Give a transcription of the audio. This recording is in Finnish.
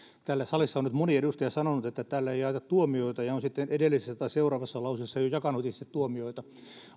täällä salissa on nyt moni edustaja sanonut että täällä ei jaeta tuomioita ja on sitten edellisessä tai seuraavassa lauseessa jo jakanut itse tuomioita